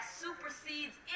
supersedes